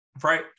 right